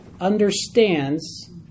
understands